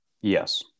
Yes